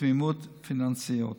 בתמיכות פיננסיות.